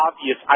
obvious